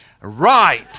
Right